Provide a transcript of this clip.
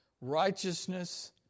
righteousness